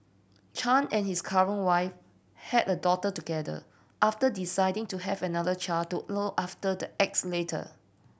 Chan and his current wife had a daughter together after deciding to have another child to look after the X later